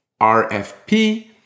RFP